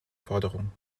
forderung